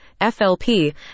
FLP